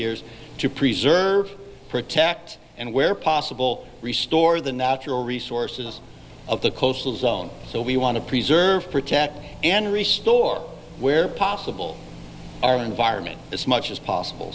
years to preserve protect and where possible restore the natural resources of the coastal zone so we want to preserve protect and restore where possible our environment as much as possible